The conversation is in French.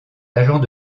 agents